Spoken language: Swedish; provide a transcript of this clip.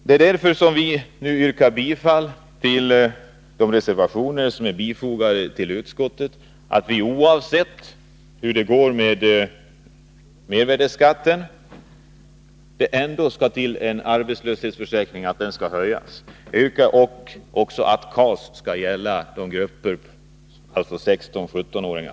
Det är därför vi nu tillstyrker de reservationer som är fogade till utskottets betänkande och som innebär att arbetslöshetsförsäkringen skall höjas oavsett hur det går med mervärdeskatten och att KAS skall gälla också 16-17-åringar.